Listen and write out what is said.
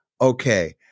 okay